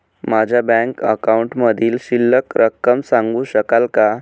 माझ्या बँक अकाउंटमधील शिल्लक रक्कम सांगू शकाल का?